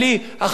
אחראי.